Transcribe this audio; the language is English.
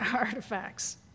artifacts